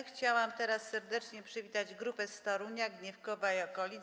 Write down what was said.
Chciałam teraz serdecznie przywitać grupę z Torunia, Gniewkowa i okolic.